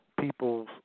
people's